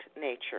nature